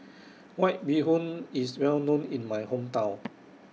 White Bee Hoon IS Well known in My Hometown